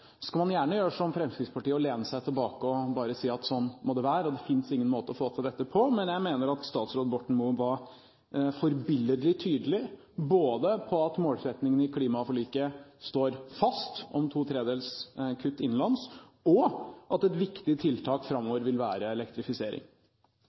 Man kan gjerne gjøre som Fremskrittspartiet og lene seg tilbake og bare si at slik må det være, det finnes ingen måte å få til dette på, men jeg mener at statsråd Borten Moe var forbilledlig tydelig, både med hensyn til at målsettingen i klimaforliket om to tredjedels kutt innenlands står fast, og at et viktig tiltak